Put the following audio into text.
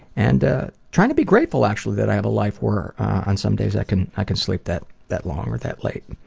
and ah trying to be grateful actually that i have a life where some days i can i can sleep that that long or that late.